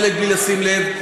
חלק בלי לשים לב,